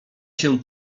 się